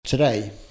Today